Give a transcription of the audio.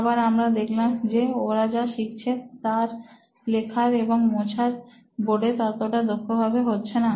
আবার আমরা দেখলাম যে ওরা যা শিখছে তার লেখার এবং মোছার বোর্ডে ততটা দক্ষ ভাবে হচ্ছে না